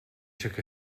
took